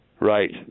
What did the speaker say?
Right